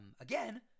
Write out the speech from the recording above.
again